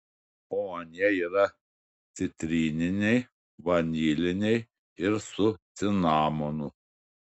o anie yra citrininiai vaniliniai ir su cinamonu